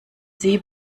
sie